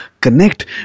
connect